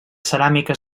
ceràmica